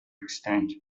extent